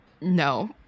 No